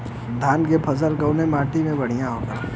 धान क फसल कवने माटी में बढ़ियां होला?